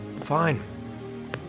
Fine